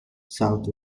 south